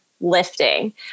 lifting